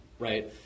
Right